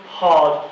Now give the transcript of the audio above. hard